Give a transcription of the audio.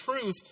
truth